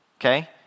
okay